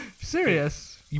Serious